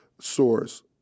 source